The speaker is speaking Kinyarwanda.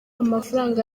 amafaranga